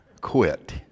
quit